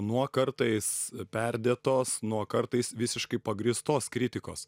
nuo kartais perdėtos nuo kartais visiškai pagrįstos kritikos